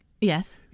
Yes